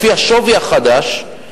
לפי השווי החדש,